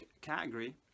category